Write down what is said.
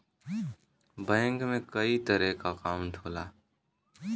bank में कई तरे क अंकाउट होला